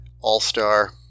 all-star